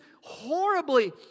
horribly